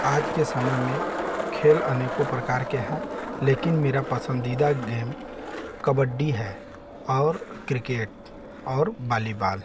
आज के समय में खेल अनेकों प्रकार के हैं लेकिन मेरा पसंदीदा गेम कबड्डी है और क्रिकेट और बालीबाल